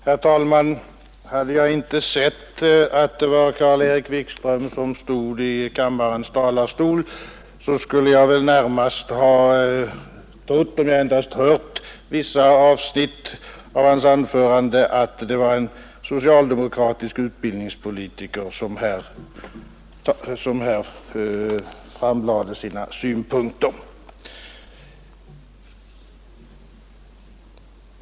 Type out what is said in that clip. Herr talman! Hade jag inte sett Jan-Erik Wikström i kammarens talarstol utan endast hört vissa avsnitt av hans anförande, skulle jag närmast ha trott att det var en socialdemokratisk utbildningspolitiker som framlade sina synpunkter.